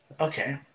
okay